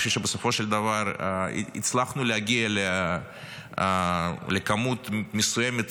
אני חושב שבסופו של דבר הצלחנו להגיע לכמות מסוימת